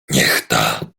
niechta